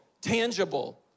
tangible